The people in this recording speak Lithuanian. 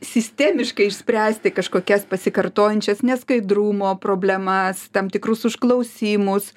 sistemiškai išspręsti kažkokias pasikartojančias neskaidrumo problemas tam tikrus užklausimus